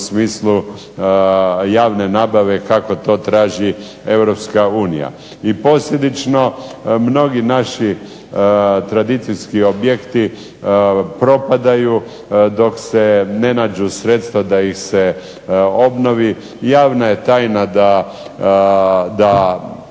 u smislu javne nabave kako to traži Europska unija. I posljedično, mnogi naši tradicijski objekti propadaju dok se ne nađu sredstva da ih se obnovi. Javna je tajna da